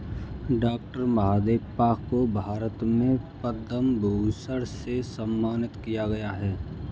doctor Mahadevappa को भारत में पद्म भूषण से सम्मानित किया गया है